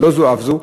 לא זו אף זו,